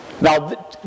Now